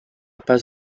pas